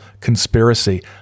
conspiracy